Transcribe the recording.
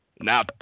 Now